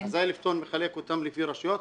אז האלף טון מחלק אותן לפי רשויות,